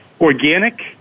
organic